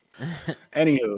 Anywho